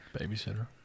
Babysitter